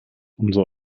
unser